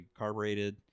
carbureted